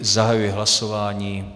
Zahajuji hlasování.